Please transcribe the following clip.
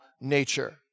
nature